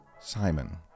Simon